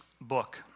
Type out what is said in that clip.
book